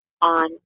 on